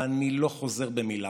ואני לא חוזר במילה,